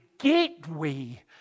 gateway